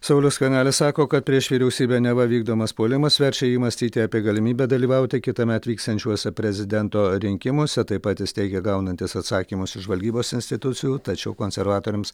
saulius skvernelis sako kad prieš vyriausybę neva vykdomas puolimas verčia jį mąstyti apie galimybę dalyvauti kitąmet vyksiančiuose prezidento rinkimuose taip pat jis teigė gaunantis atsakymus iš žvalgybos institucijų tačiau konservatoriams